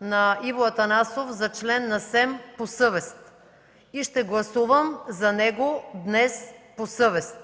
на Иво Атанасов за член на Съвета за електронни медии по съвест и ще гласувам за него днес по съвест.